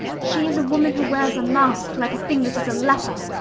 she is a woman who wears a mask, like a thing that is a leper.